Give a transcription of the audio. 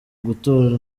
gutora